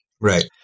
Right